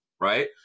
right